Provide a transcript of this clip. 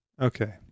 Okay